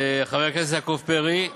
חבר הכנסת יעקב פרי,